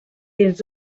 dins